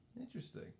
Interesting